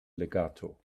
legato